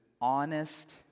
honest